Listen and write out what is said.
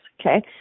okay